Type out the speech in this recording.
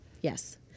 Yes